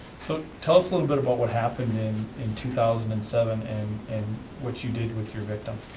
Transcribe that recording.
so tell us a little bit about what happened in in two thousand and seven, and and what you did with your victim.